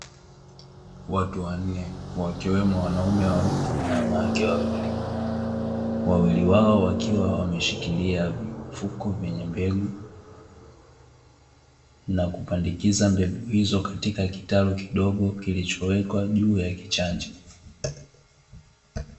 Watu wanne wakiwemo wanaume wawili na wanawake wawili, wawili wao wakiwa wameshikilia vifuko vyenye mbegu na kupandikiza mbegu hizo katika kitalu kidogo kilichowekwa juu ya Kuchanja.